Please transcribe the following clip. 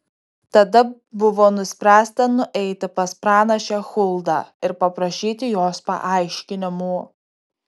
tada buvo nuspręsta nueiti pas pranašę huldą ir paprašyti jos paaiškinimų